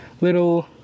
little